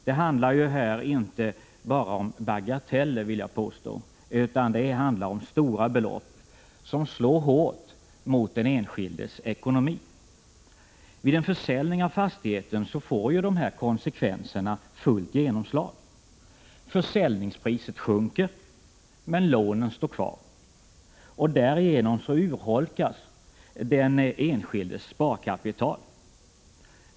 Det handlar här inte bara om ”bagateller”, utan det handlar om stora belopp som slår hårt mot den enskildes ekonomi. Vid en försäljning av fastigheten får konsekvenserna fullt genomslag. Försäljningspriset sjunker men lånen står kvar. Därigenom urholkas den enskildes sparkapital.